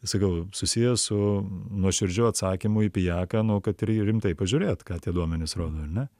sakau susijęs su nuoširdžiu atsakymu į pijaką nu kad ir į jį rimtai pažiūrėt ką tie duomenys rodo ar ne